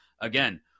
again